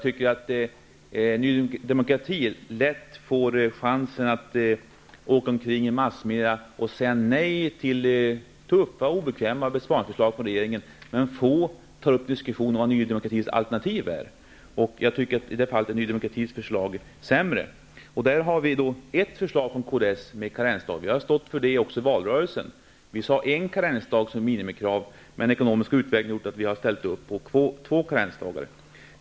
Ny demokrati får lätt chansen att åka omkring och i massmedia säga nej till tuffa och obekväma besparingsförslag från regeringen. Men få tar upp en diskussion om vad Ny demokratis alternativ är. Jag tycker att Ny demokratis förslag i detta fall är sämre. Vi har ett förslag från kds om karensdagar. Det har vi stått för i valrörelsen. Vi föreslog som minimikrav en karensdag. Men den ekonomiska utvecklingen har gjort att vi har ställt upp på två karensdagar.